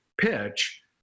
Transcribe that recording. pitch